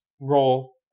role